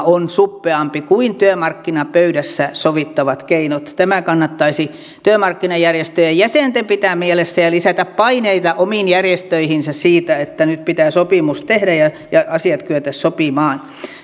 on suppeampi kuin työmarkkinapöydässä sovittavat keinot tämä kannattaisi työmarkkinajärjestöjen jäsenten pitää mielessä ja lisätä paineita omiin järjestöihinsä siitä että nyt pitää sopimus tehdä ja ja asiat kyetä sopimaan